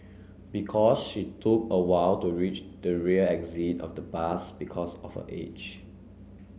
because she took a while to reach the rear exit of the bus because of her age